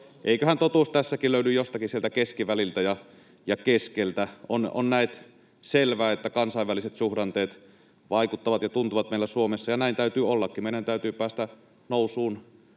eiköhän totuus tässäkin löydy jostakin sieltä keskiväliltä ja keskeltä. On näet selvä, että kansainväliset suhdanteet vaikuttavat ja tuntuvat meillä Suomessa, ja näin täytyy ollakin. Meidän täytyy päästä nousuun